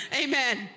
Amen